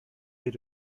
wird